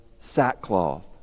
sackcloth